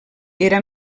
era